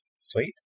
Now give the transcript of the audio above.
Sweet